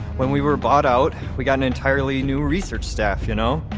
when we were bought out we got an entirely new research staff, ya know.